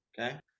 Okay